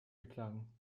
beklagen